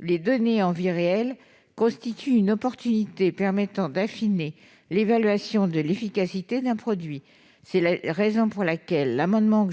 les données en vie réelle constituent une opportunité d'affiner l'évaluation de l'efficacité d'un produit. C'est la raison pour laquelle cet amendement